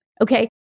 Okay